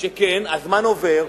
הוא שכן, הזמן עובר,